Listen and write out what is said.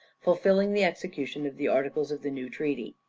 fulfilling the execution of the articles of the new treaty.